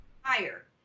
higher